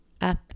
up